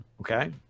Okay